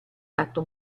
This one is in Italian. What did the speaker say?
fatto